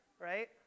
Right